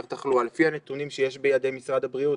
תחלואה - לפי הנתונים שיש בידי משרד הבריאות,